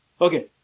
Okay